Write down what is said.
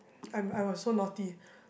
I'm I was so naughty